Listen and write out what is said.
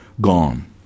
gone